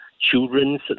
children's